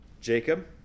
Jacob